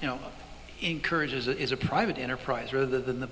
you know encourages it is a private enterprise rather than the